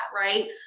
right